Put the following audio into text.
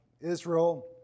Israel